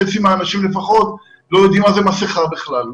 חצי מהאנשים לפחות לא יודעים מה זה מסכה בכלל.